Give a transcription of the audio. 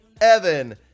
Evan